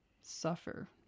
suffer